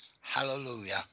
Hallelujah